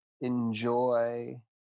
enjoy